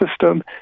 system